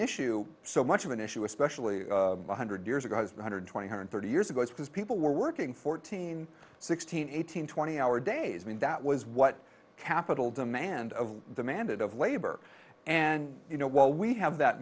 issue so much of an issue especially one hundred years ago was one hundred twenty hundred thirty years ago because people were working fourteen sixteen eighteen twenty hour days i mean that was what capitol demand of demanded of labor and you know while we have that